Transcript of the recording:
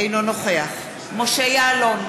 אינו נוכח משה יעלון,